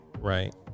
Right